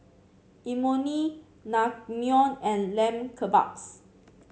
Imoni Naengmyeon and Lamb Kebabs